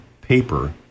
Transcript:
paper